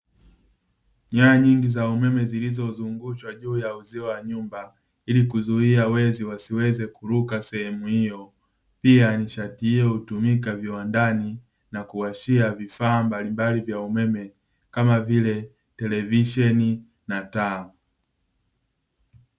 Nyaya nyingi za umeme zilizozungushwa juu ya uzio wa nyumba, ili kuzuia wezi wasiweze kuruka sehemu hiyo. Pia nishati hiyo hutumika viwandani na kuwashia vifaa mbalimbali vya umeme, kama vile; televisheni na taa.